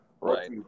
Right